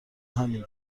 همین